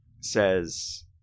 says